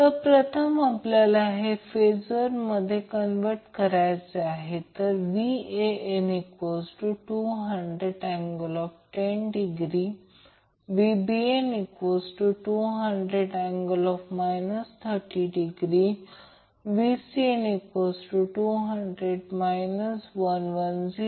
तर प्रथम आपल्याला हे फेजर मध्ये कन्व्हर्ट करायचे आहे तर Van200∠10° Vbn200∠ 230° Vcn200∠ 110°